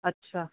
ਅੱਛਾ